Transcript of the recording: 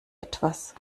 etwas